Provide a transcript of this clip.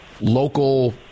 local